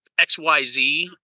XYZ